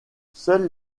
seul